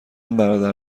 برادر